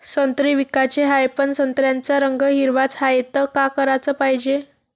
संत्रे विकाचे हाये, पन संत्र्याचा रंग हिरवाच हाये, त का कराच पायजे?